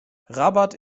rabat